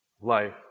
life